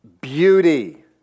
beauty